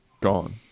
Gone